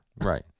Right